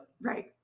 Right